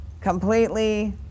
completely